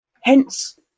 Hence